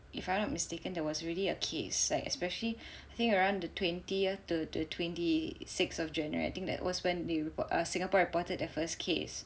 if I'm not mistaken there was already a case like especially I think around the twentieth to twenty sixth of January I think that was when the report uh Singapore reported their first case